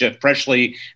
freshly